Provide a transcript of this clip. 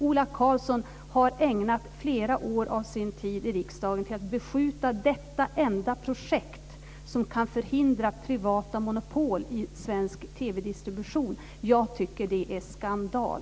Ola Karlsson har ägnat flera år av sin tid i riksdagen till att beskjuta detta enda projekt som kan förhindra privata monopol i svensk TV-distribution. Jag tycker att det är skandal.